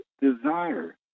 desire